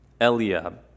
Eliab